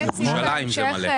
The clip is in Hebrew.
ירושלים זה הרבה.